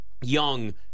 young